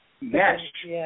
mesh